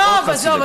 עזוב, עזוב.